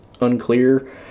Unclear